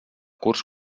curs